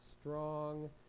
strong